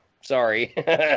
Sorry